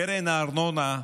קרן הארנונה,